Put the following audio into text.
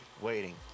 waiting